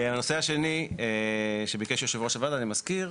הנושא השני שביקש יושב ראש הוועדה, ואני מזכיר,